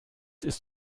ist